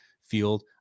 field